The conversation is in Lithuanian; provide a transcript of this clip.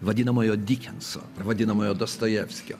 vadinamojo dikenso vadinamojo dostojevskio